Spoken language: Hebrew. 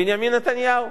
בנימין נתניהו,